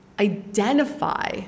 identify